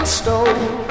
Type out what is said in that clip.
stole